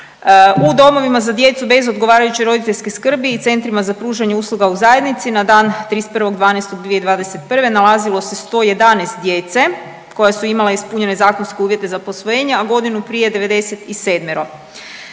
u domovima za djecu bez odgovarajuće roditeljske skrbi i centrima za pružanje usluga u zajednici na dan 31.12.2021. nalazilo se 111 djece koja su imala ispunjene zakonske uvjete za posvojenje, a godinu prije 97.